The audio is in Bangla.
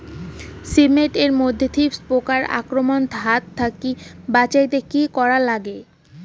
শিম এট মধ্যে থ্রিপ্স পোকার আক্রমণের হাত থাকি বাঁচাইতে কি করা লাগে?